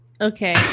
Okay